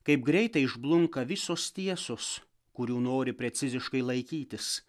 kaip greitai išblunka visos tiesos kurių nori preciziškai laikytis